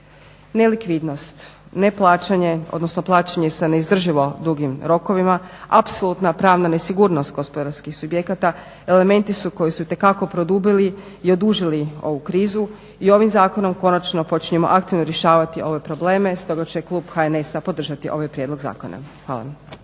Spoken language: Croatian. Nelikvidnost, neplaćanje, odnosno plaćanje sa neizdrživo dugim rokovima, apsolutna pravna nesigurnost gospodarskih subjekata elementi su koji su itekako produbili i odužili ovu krizu i ovim zakonom konačno počinjemo aktivno rješavati ove probleme. Stoga će klub HNS-a podržati ovaj prijedlog zakona. Hvala